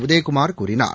உதயகுமார் கூறினார்